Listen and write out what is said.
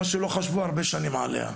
מה שלא חשבו הרבה שנים עליה.